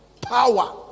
power